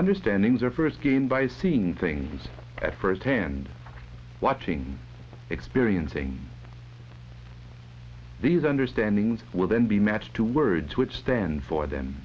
understanding their first game by seeing things at first hand watching experiencing these understanding will then be matched to words which stand for them